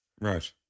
Right